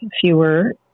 fewer